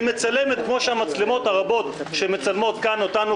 מצלמת כמו שהמצלמות הרבות שמצלמות אותנו